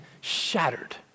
shattered